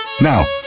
Now